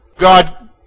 God